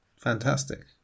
fantastic